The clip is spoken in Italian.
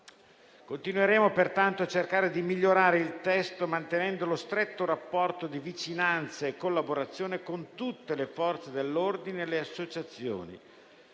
Continueremo a cercare di migliorare il testo, mantenendo lo stretto rapporto di vicinanza e collaborazione con tutte le Forze dell'ordine e le associazioni,